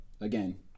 again